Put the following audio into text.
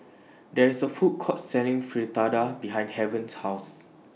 There IS A Food Court Selling Fritada behind Haven's House